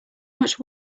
much